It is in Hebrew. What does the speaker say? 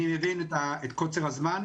אני מבין את קוצר הזמן,